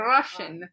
Russian